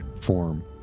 form